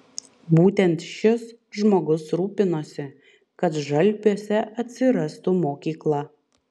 būtent šis žmogus rūpinosi kad žalpiuose atsirastų mokykla